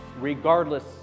regardless